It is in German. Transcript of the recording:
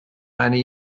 eine